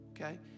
Okay